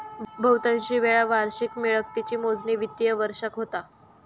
बहुतांशी वेळा वार्षिक मिळकतीची मोजणी वित्तिय वर्षाक होता